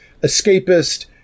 escapist